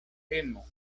temo